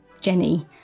Jenny